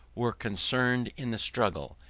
were concerned in the struggle,